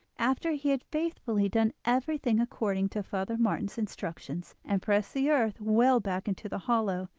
after he had faithfully done everything according to father martin's instructions, and pressed the earth well back into the hollow,